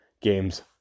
games